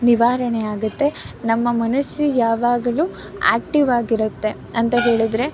ನಿವಾರಣೆಯಾಗುತ್ತೆ ನಮ್ಮ ಮನಸ್ಸು ಯಾವಾಗಲೂ ಆ್ಯಕ್ಟಿವಾಗಿರುತ್ತೆ ಅಂತ ಹೇಳಿದರೆ